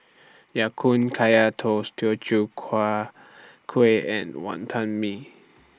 Ya Kun Kaya Toast Teochew Huat Kueh and Wonton Mee